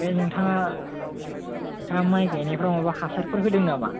ओमफाय नोंथाङा नोंथाङा माइ गायनायफ्राव माबा हासारफोर होदों नामा